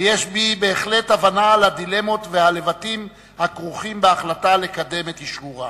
ויש בי בהחלט הבנה לדילמות וללבטים הכרוכים בהחלטה לקדם את אשרורה,